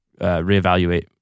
reevaluate